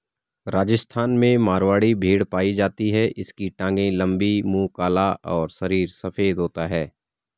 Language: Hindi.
राजस्थान में मारवाड़ी भेड़ पाई जाती है इसकी टांगे लंबी, मुंह काला और शरीर सफेद होता है